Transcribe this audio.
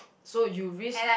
so you risk